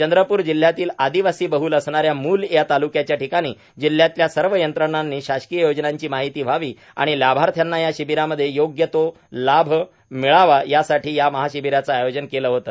चंद्रप्र जिल्ह्यातील आदिवासीबहल असणाऱ्या मुल या तालुक्याच्या ठिकाणी जिल्ह्यातल्या सर्व यंत्रणांनी शासकीय योजनांची माहिती व्हावी आणि लाभार्थ्यांना या शिबिरामध्ये योग्य तो लाभ मिळावा यासाठी या महाशिबीराचे आयोजन केले होते